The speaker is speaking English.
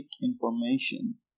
information